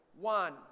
One